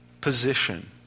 position